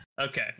Okay